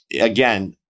again